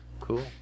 Cool